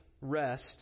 rest